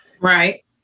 Right